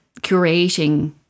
curating